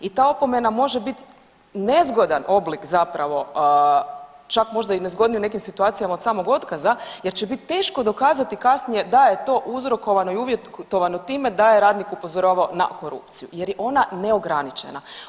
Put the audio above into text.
I ta opomena može biti nezgodan oblik zapravo čak možda i nezgodniji u nekim situacijama od samog otkaza jer će biti teško dokazati kasnije da je to uzrokovano i uvjetovano time da je radnik upozoravao na korupciju, jer je ona neograničena.